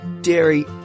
dairy